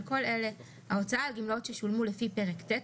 על כל אלה: (1)ההוצאה על גמלאות ששולמו לפי פרק ט',